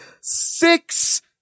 six